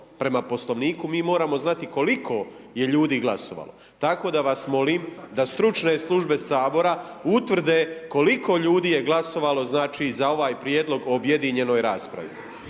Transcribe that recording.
prema Poslovniku, mi moramo znati koliko je ljudi glasovalo, tako da vas molim da stručne službe Sabora utvrde koliko ljudi je glasovalo, znači, za ovaj prijedlog o objedinjenoj raspravi,